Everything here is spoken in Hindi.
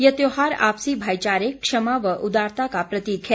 यह त्यौहार आपसी भाईचारे क्षमा व उदारता का प्रतीक है